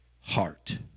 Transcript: heart